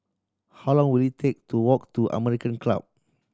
how long will it take to walk to American Club